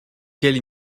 quelle